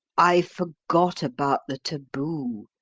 i forgot about the taboo,